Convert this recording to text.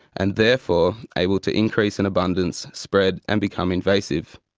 and therefore able to increase in abundance, spread and become invasive.